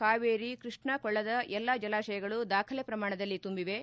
ಕಾವೇರಿ ಕೃಷ್ಣ ಕೊಳ್ಳದ ಎಲ್ಲಾ ಜಲಾತಯಗಳು ದಾಖಲೆ ಪ್ರಮಾಣದಲ್ಲಿ ತುಂಬಿವೆ